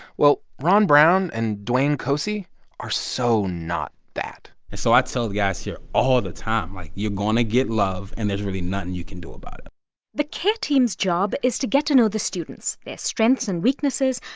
well, ron brown and dawaine cosey are so not that and so i tell the guys here all the time, like, you're going to get love, and there's really nothing you can do about it the care team's job is to get to know the students, their strengths and weaknesses,